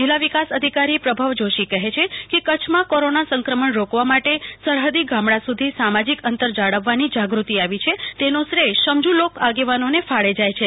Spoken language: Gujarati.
જિલ્લા વિકાસ અધિકારી પ્રભાવ જોશી કહે છે કે કચ્છમાં કોરોના સંક્રમણ રોકવા માટે સરહદી ગામડા સુધી સામાજિક અંતર જાળવવાની જાગૃતિ આવી છે તેનો શ્રેથ સમજી લોક આગેવાનો ને ફાળે જાય છે